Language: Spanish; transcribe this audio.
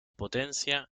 potencia